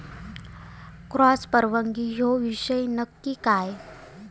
Cross परागी ह्यो विषय नक्की काय?